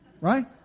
Right